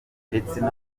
repubulika